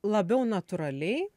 labiau natūraliai